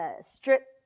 strip